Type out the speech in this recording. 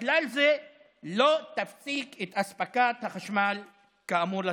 ובכלל זה לא תפסיק את אספקת החשמל כאמור לצרכן.